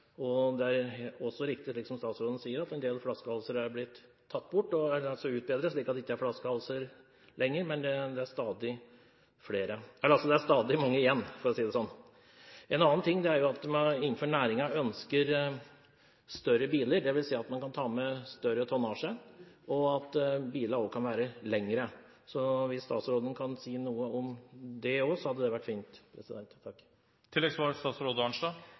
Det er også riktig slik statsråden sier, at en del flaskehalser er blitt utbedret slik at det ikke er flaskehalser lenger, men det er stadig mange igjen, for å si det slik. En annen ting er at man innenfor næringen ønsker større biler, dvs. at man kan ta med større tonnasje, og at bilene også kan være lengre. Hvis statsråden kan si noe om det også, hadde det vært fint.